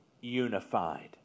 unified